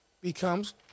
becomes